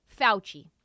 Fauci